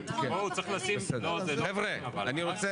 בואו, צריך לשים, זה לא ככה אבל.